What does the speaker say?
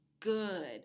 good